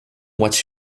what